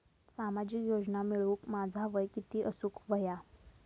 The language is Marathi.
सामाजिक योजना मिळवूक माझा वय किती असूक व्हया?